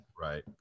Right